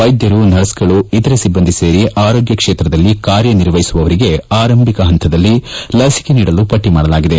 ವೈದ್ದರು ನರ್ಸ್ಗಳು ಇತರೆ ಸಿಬ್ಬಂದಿ ಸೇರಿ ಆರೋಗ್ಯ ಕ್ಷೇತ್ರದಲ್ಲಿ ಕಾರ್ಯ ನಿರ್ವಹಿಸುವವರಿಗೆ ಆರಂಭಿಕ ಹಂತದಲ್ಲಿ ಲಸಿಕೆ ನೀಡಲು ಪಟ್ಟ ನಾಗಿದೆ